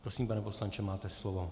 Prosím, pane poslanče, máte slovo.